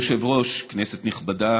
אדוני היושב-ראש, כנסת נכבדה,